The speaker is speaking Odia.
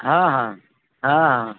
ହଁ ହଁ ହଁ ହଁ